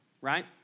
right